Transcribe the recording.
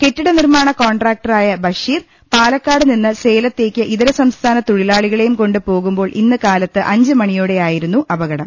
കെട്ടിടനിർമ്മാണ കോൺട്രാക്ടറായ ബഷീർപാലക്കാടുനിന്ന് സേല ത്തേക്ക് ഇതരസംസ്ഥാന തൊഴിലാളികളെയുംകൊണ്ട് പോകുമ്പോൾ ഇന്ന് കാലത്ത് അഞ്ചുമണിയോടെയായിരുന്നു അപകടം